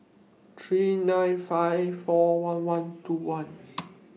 three nine five four one one two one